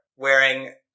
Wearing